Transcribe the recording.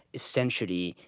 essentially,